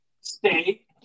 stay